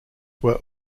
were